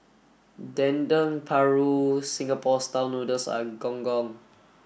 Dendeng Paru Singapore style noodles and gong gong